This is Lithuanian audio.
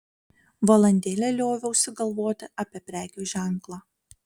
valandėlę lioviausi galvoti apie prekių ženklą